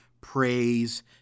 Praise